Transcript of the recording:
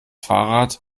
fahrrad